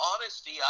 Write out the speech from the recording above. honesty